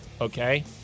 okay